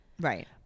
right